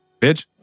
bitch